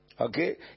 Okay